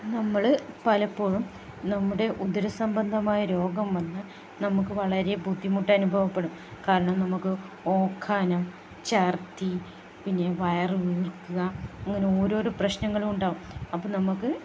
നമ്മൾ പലപ്പോഴും നമ്മുടെ ഉദരസംബന്ധമായ രോഗം വന്ന് നമുക്ക് വളരെ ബുദ്ധിമുട്ട് അനുഭവപ്പെടും കാരണം നമുക്ക് ഓക്കാനം ചർദ്ദി പിന്നെ വയറു വീർക്കുക അങ്ങനെ ഓരോരോ പ്രശ്നങ്ങളും ഉണ്ടാകും അപ്പം നമുക്ക്